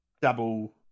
double